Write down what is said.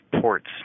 ports